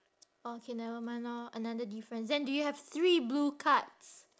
orh K never mind orh another difference then do you have three blue cards